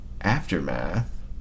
aftermath